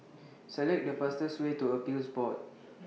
Select The fastest Way to Appeals Board